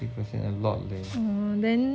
fifty percent a lot leh